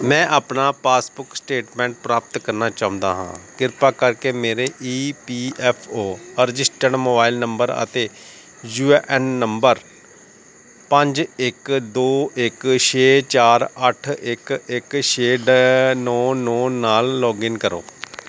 ਮੈਂ ਆਪਣਾ passbook statement ਪ੍ਰਾਪਤ ਕਰਨਾ ਚਾਹੁੰਦਾ ਹਾਂ ਕਿਰਪਾ ਕਰਕੇ ਮੇਰੇ E P F O registered mobile number ਅਤੇ ਯੂ ਏ ਐਨ ਨੰਬਰ ਪੰਜ ਇੱਕ ਦੋ ਇੱਕ ਛੇ ਚਾਰ ਅੱਠ ਇੱਕ ਇੱਕ ਛੇ ਡ ਨੌ ਨੌ ਨਾਲ ਲੌਗਇਨ ਕਰੋ